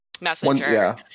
messenger